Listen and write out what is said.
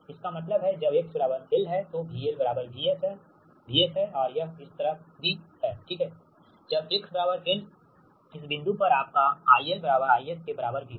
इसका मतलब है जब x l है तो V VS और यह इस तरफ भी है जब x l इस बिंदु पर आपका I IS के बराबर होगा